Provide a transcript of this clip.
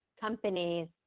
companies